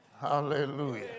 Hallelujah